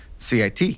CIT